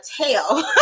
tail